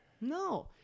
No